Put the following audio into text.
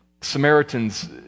Samaritans